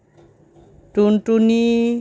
টুনটুনি